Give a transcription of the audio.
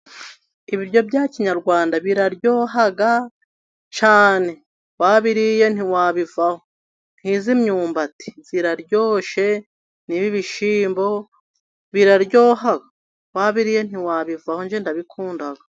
Ibiryo bya kinyarwanda biraryoha cyane wabiriye ntiwabivaho, nkiyi myumbati iraryoshye n'ibishimbo biraryoha wabiriye ntiwabivaho, njye ndabikunda.